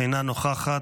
אינה נוכחת.